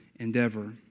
endeavor